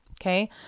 Okay